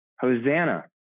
Hosanna